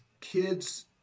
Kids